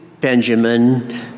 Benjamin